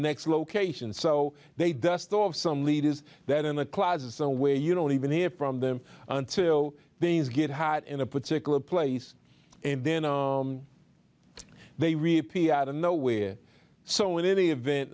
next location so they dust off some lead is that in a closet somewhere you don't even hear from them until things get hot in a particular place and then they reappear out of nowhere so in any event